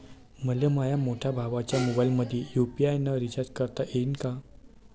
मले माह्या मोठ्या भावाच्या मोबाईलमंदी यू.पी.आय न रिचार्ज करता येईन का?